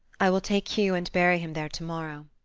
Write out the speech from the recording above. i will take hugh and bury him there to-morrow.